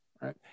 right